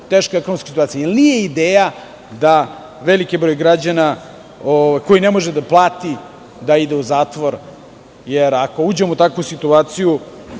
teška ekonomska situacija. Nije ideja da veliki broj građana koji ne može da plati ide u zatvor, jer ako uđemo u takvu situaciju